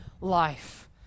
life